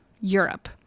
Europe